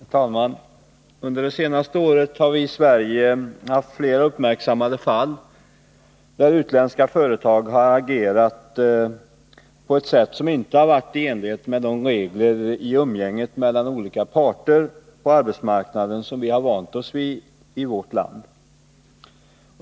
Herr talman! Under det senaste året har vi i Sverige haft fler uppmärksammade fall där utländska företag har agerat på ett sätt som inte har varit i enlighet med de regler i umgänget mellan olika parter på arbetsmarknaden som vi har vant oss vid i vårt land.